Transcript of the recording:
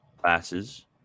classes